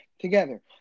together